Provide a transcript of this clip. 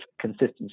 consistency